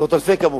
עשרות אלפי כמובן,